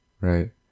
Right